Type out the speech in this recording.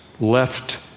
left